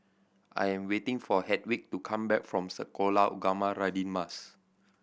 I am waiting for Hedwig to come back from Sekolah Ugama Radin Mas